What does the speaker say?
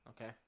Okay